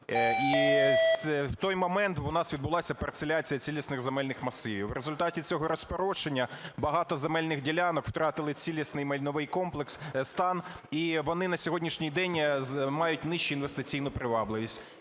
і в той момент у нас відбулася парцеляція цілісних земельних масивів. В результаті цього розпорошення багато земельних ділянок втратили цілісний майновий комплекс, стан. І вони на сьогоднішній день мають нижчу інвестиційну привабливість.